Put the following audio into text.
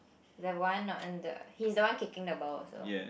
the one on the he's the one kicking the ball also